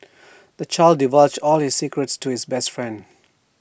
the child divulged all his secrets to his best friend